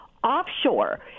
offshore